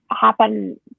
happen